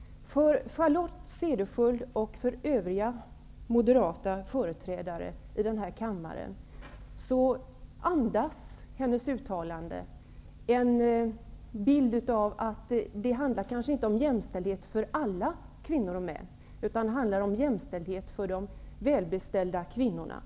Hennes uttalande tyder på att det kanske inte handlar om jämställdhet för alla kvinnor och män, utan att det handlar om jämställdhet för de välbeställda kvinnorna.